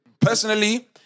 Personally